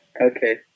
Okay